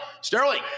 Sterling